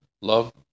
love